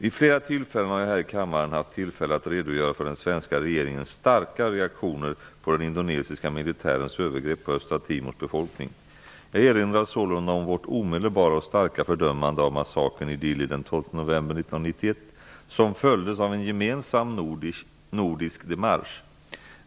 Vid flera tillfällen har jag här i kammaren haft tillfälle att redogöra för den svenska regeringens starka reaktioner på den indonesiska militärens övergrepp mot Östra Timors befolkning. Jag erinrar sålunda om vårt omedelbara och starka fördömande av massakern i Dili den 12 november 1991, som följdes av en gemensam nordisk demarche.